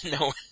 No